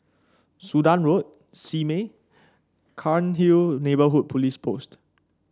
Sudan Road Simei Cairnhill Neighbourhood Police Post